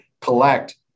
collect